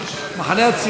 מחיקות.